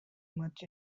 much